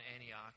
Antioch